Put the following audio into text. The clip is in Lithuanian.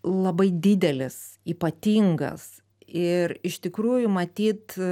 labai didelis ypatingas ir iš tikrųjų matyt